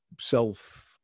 self